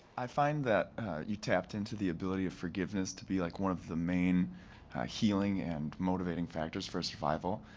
i find that you tapped into the ability of forgiveness to be like one of the main healing and motivating factors for survival.